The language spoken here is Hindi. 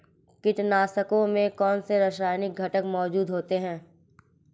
कीटनाशकों में कौनसे रासायनिक घटक मौजूद होते हैं?